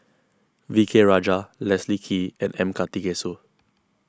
V K Rajah Leslie Kee and M Karthigesu